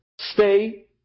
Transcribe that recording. stay